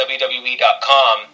WWE.com